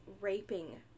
raping